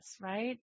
right